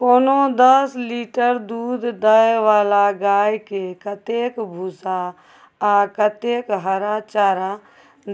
कोनो दस लीटर दूध दै वाला गाय के कतेक भूसा आ कतेक हरा चारा